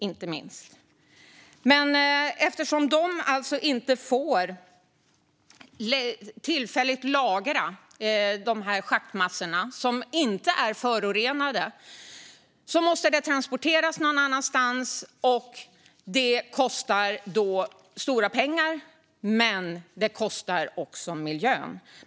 Eftersom schaktmassorna, som inte är förorenade, inte får lagras tillfälligt måste de transporteras någon annanstans. Det kostar stora pengar, men det kostar också miljön.